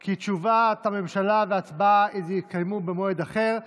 כי תשובת הממשלה וההצבעה יתקיימו במועד אחר.